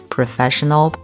Professional